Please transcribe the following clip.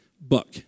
book